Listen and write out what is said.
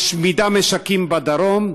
משמידה משקים בדרום,